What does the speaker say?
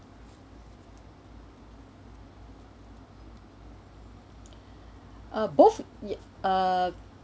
ah both uh